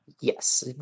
Yes